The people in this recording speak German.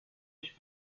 ich